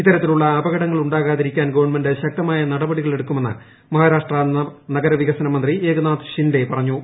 ഇത്തരത്തിലുള്ള അപകടങ്ങൾ ഉണ്ടാകാതിരിക്കാൻ ഗവൺമെന്റ് ശക്തമായ നടപടികൾ എടുക്കുമെന്ന മഹാരാഷ്ട്ര നഗരവികസന മന്ത്രി ഏകനാഥ് ഷിൻഡെ പറഞ്ഞു